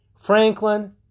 Franklin